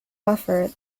buffer